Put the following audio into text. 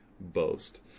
boast